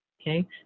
okay